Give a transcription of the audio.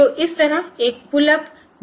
तो इस तरह एक पुल अप मिला है